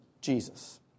Jesus